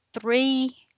three